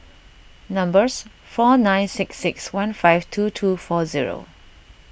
four nine six six one five two two four zero